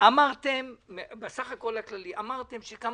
בסך הכול אמרתם שגם